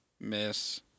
Miss